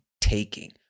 taking